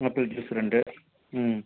apple juice ரெண்டு ம்